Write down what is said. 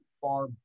far